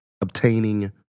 obtaining